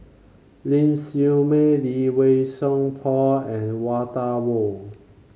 Ling Siew May Lee Wei Song Paul and Walter Woon